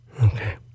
Okay